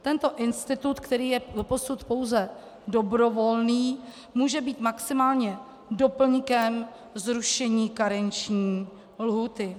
Tento institut, který je doposud pouze dobrovolný, může být maximálně doplňkem zrušení karenční lhůty.